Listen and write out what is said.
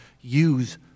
use